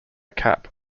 cap